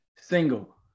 single